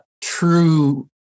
true